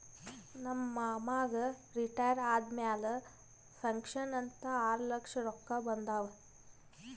ನಮ್ ಮಾಮಾಗ್ ರಿಟೈರ್ ಆದಮ್ಯಾಲ ಪೆನ್ಷನ್ ಅಂತ್ ಆರ್ಲಕ್ಷ ರೊಕ್ಕಾ ಬಂದಾವ್